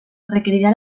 requerirà